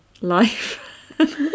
life